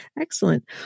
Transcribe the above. Excellent